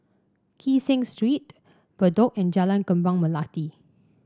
Kee Seng Street Bedok and Jalan Kembang Melati